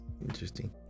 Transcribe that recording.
interesting